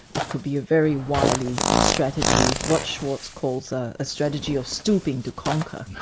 it could be a very wily strategy, what schwartz calls a strategy of stooping to conquer.